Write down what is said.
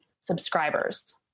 subscribers